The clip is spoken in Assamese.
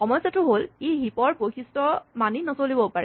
সমস্যাটো হ'ল ই হিপ ৰ বৈশিষ্ট মানি নচলিবও পাৰে